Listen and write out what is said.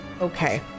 Okay